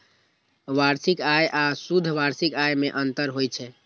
वार्षिक आय आ शुद्ध वार्षिक आय मे अंतर होइ छै